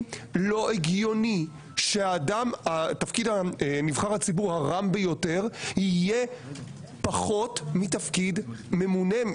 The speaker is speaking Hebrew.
לא הגיוני שתפקיד נבחר הציבור הרם ביותר יהיה פחות מתפקיד ממונה.